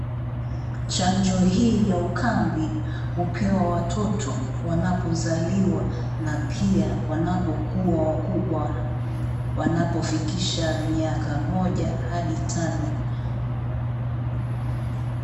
Chanjo hii ya ukambi hupewa watoto wanapozaliwa na pia wanapokuwa wakubwa wanapofikisha miaka moja hadi tano.